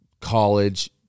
college